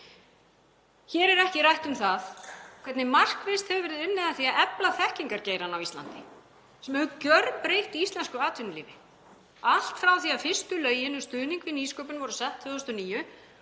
Hér er ekki rætt um það hvernig markvisst hefur verið unnið að því að efla þekkingargeirann á Íslandi sem hefur gjörbreytt íslensku atvinnulífi allt frá því að fyrstu lögin um stuðning við nýsköpun voru sett 2009